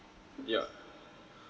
yeah